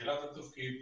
בתחילת התפקיד,